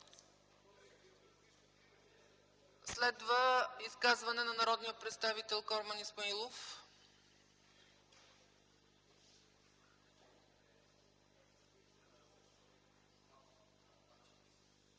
Следва изказване на народния представител Корман Исмаилов.